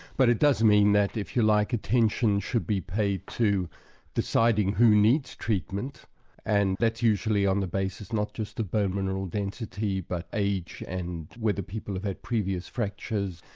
but it does mean that if you like, attention should be paid to deciding who needs treatment and that's usually on the basis not just of bone mineral density but age and whether people have had previous fractures,